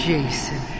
Jason